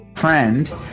friend